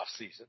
offseason